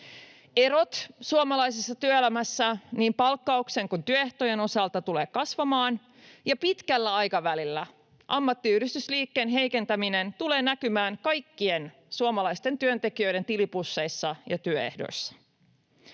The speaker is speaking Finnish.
Erot suomalaisessa työelämässä niin palkkauksen kuin työehtojen osalta tulevat kasvamaan, ja pitkällä aikavälillä ammattiyhdistysliikkeen heikentäminen tulee näkymään kaikkien suomalaisten työntekijöiden tilipusseissa ja työehdoissa.